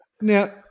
Now